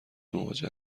مواجه